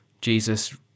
Jesus